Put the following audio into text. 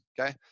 Okay